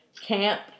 camp